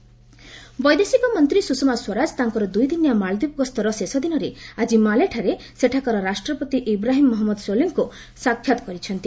ସ୍ରଷମା ମାଳଦ୍ୱୀପ ବୈଦେଶିକ ମନ୍ତ୍ରୀ ସୁଷମା ସ୍ୱରାଜ ତାଙ୍କର ଦୁଇଦିନିଆ ମାଳଦ୍ୱୀପ ଗସ୍ତର ଶେଷ ଦିନରେ ଆଜି ମାଲେଠାରେ ସେଠାକାର ରାଷ୍ଟ୍ରପତି ଇବ୍ରାହିମ୍ ମହଞ୍ମଦ ସୋଲିଙ୍କୁ ସାକ୍ଷାତ୍ କରିଛନ୍ତି